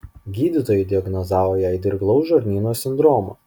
gydytojai diagnozavo jai dirglaus žarnyno sindromą